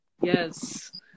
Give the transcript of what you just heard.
Yes